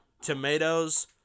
tomatoes